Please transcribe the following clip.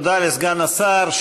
תודה לסגן השר.